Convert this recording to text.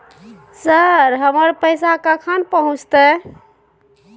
Sir, हमर पैसा कखन पहुंचतै?